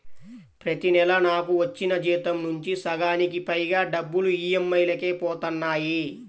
ప్రతి నెలా నాకు వచ్చిన జీతం నుంచి సగానికి పైగా డబ్బులు ఈ.ఎం.ఐ లకే పోతన్నాయి